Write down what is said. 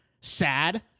sad